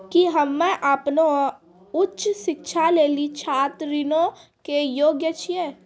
कि हम्मे अपनो उच्च शिक्षा लेली छात्र ऋणो के योग्य छियै?